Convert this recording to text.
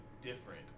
different